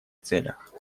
целях